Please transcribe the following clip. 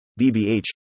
BBH